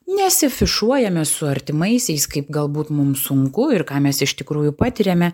nesiafišuojame su artimaisiais kaip galbūt mums sunku ir ką mes iš tikrųjų patiriame